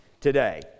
today